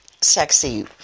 sexy